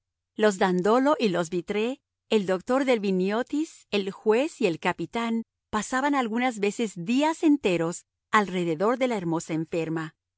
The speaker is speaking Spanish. los dandolo y los vitré el doctor delviniotis el juez y el capitán pasaban algunas veces días enteros alrededor de la hermosa enferma